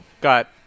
got